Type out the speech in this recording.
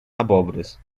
abóboras